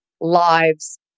lives